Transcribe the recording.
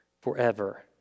forever